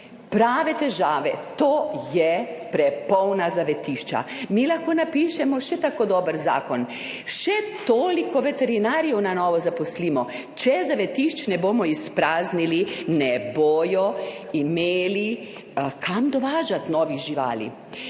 prave težave, to so prepolna zavetišča. Mi lahko napišemo še tako dober zakon, še toliko veterinarjev na novo zaposlimo, če zavetišč ne bomo izpraznili, ne bodo imeli kam dovažati novih živali.